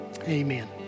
Amen